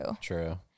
True